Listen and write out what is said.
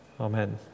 Amen